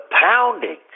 pounding